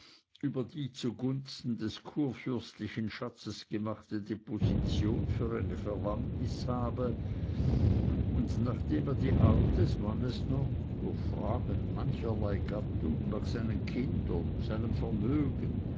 über die zugunsten des kurfürstlichen schatzes gemachte deposition für eine bewandtnis habe und nachdem er die art des mannes noch durch fragen mancherlei gattung nach seinen kindern seinem vermögen